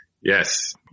yes